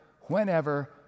whenever